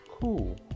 Cool